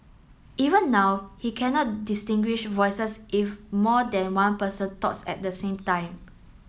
even now he cannot distinguish voices if more than one person talks at the same time